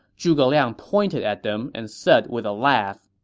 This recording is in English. zhuge liang pointed at them and said with a laugh,